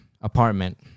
apartment